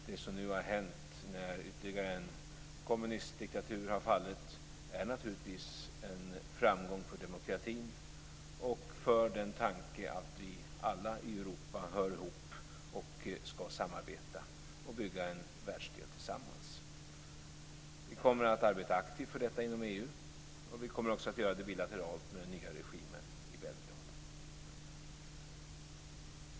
Det som nu har hänt, när ytterligare en kommunistdiktatur har fallit, är naturligtvis en framgång för demokratin och för tanken att vi alla i Europa hör ihop och ska samarbeta för att bygga en världsdel tillsammans. Vi kommer att arbeta aktivt för detta inom EU och vi kommer också att göra det bilateralt med den nya regimen i Belgrad.